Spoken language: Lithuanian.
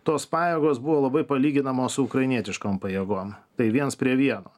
tos pajėgos buvo labai palyginamos su ukrainietiškom pajėgom tai viens prie vieno